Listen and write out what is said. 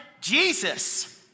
Jesus